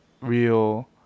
real